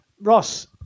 ross